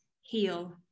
Heal